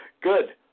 Good